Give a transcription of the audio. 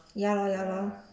ya lor ya lor